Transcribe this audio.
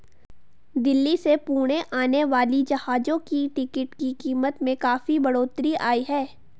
दिल्ली से पुणे आने वाली जहाजों की टिकट की कीमत में काफी बढ़ोतरी आई है